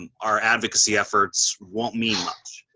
and our advocacy efforts won't mean much.